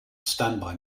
standby